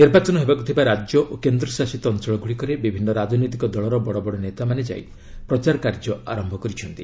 ନିର୍ବାଚନ ହେବାକୁ ଥିବା ରାଜ୍ୟ ଓ କେନ୍ଦ୍ରଶାସିତ ଅଞ୍ଚଳଗୁଡ଼ିକରେ ବିଭିନ୍ନ ରାଜନୈତିକ ଦଳର ବଡ଼ ବଡ଼ ନେତାମାନେ ଯାଇ ପ୍ରଚାର କାର୍ଯ୍ୟ ଆରମ୍ଭ କରିଛନ୍ତି